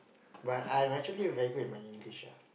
but I actually very good in my English ah